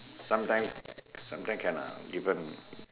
sometime sometime can ah different